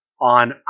on